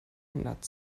hundert